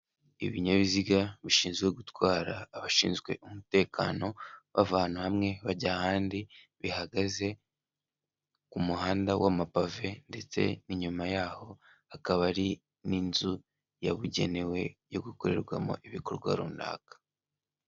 Ibinyabiziga bishinzwe gutwara abashinzwe umutekano bava ahantu hamwe bajya ahandi bihagaze ku muhanda wa mapave ndetse n'inyuma yaho hakaba ari n'inzu yabugenewe yo gukorerwamo ibikorwa runaka.